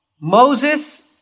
Moses